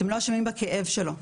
אתם לא אשמים בכאב שלו.